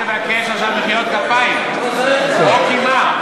רק תבקש עכשיו מחיאות כפיים או קימה.